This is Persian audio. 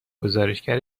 گزارشگر